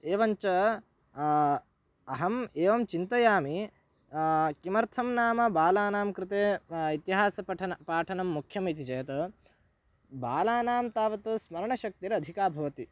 एवञ्च अहम् एवं चिन्तयामि किमर्थं नाम बालानां कृते इतिहासपठनं पाठनं मुख्यम् इति चेत् बालानां तावत् स्मरणशक्तिरधिका भवति